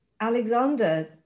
Alexander